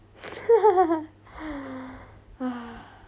!wah!